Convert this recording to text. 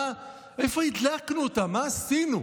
איפה הדלקנו אותם, מה עשינו?